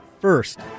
first